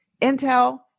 Intel